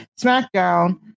SmackDown